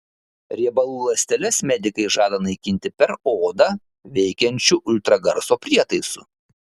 riebalų ląsteles medikai žada naikinti per odą veikiančiu ultragarso prietaisu